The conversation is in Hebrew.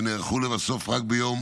ונערכו לבסוף רק ביום